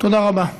תודה רבה.